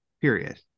period